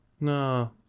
no